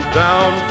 down